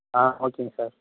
ஆ ஓகேங்க சார்